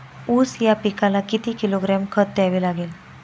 ऊस या पिकाला किती किलोग्रॅम खत द्यावे लागेल?